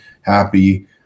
happy